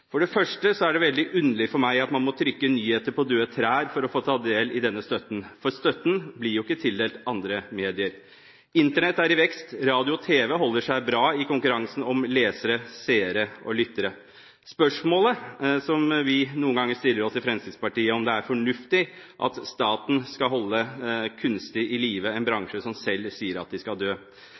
For det første er det veldig underlig for meg at man må trykke nyheter på døde trær for å få ta del i denne støtten, for støtten blir jo ikke tildelt andre medier. Internett er i vekst, og radio og tv holder seg bra i konkurransen om lesere, seere og lyttere. Spørsmålet som vi i Fremskrittspartiet noen ganger stiller oss, er om det er fornuftig at staten skal holde en bransje som selv sier at den skal dø,